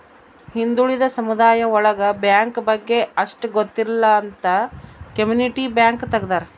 ಹಿಂದುಳಿದ ಸಮುದಾಯ ಒಳಗ ಬ್ಯಾಂಕ್ ಬಗ್ಗೆ ಅಷ್ಟ್ ಗೊತ್ತಿರಲ್ಲ ಅಂತ ಕಮ್ಯುನಿಟಿ ಬ್ಯಾಂಕ್ ತಗ್ದಾರ